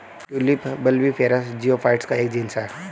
tulip bulbiferous geophytes का एक genus है